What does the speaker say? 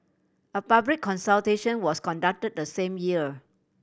a public consultation was conducted the same year